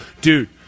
Dude